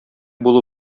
булу